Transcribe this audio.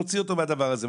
להוציא אותו מהדבר הזה.